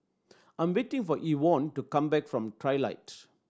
I'm waiting for Evonne to come back from Trilight